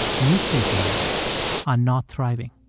newspapers are not thriving